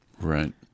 Right